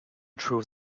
through